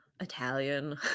italian